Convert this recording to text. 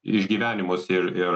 išgyvenimus ir ir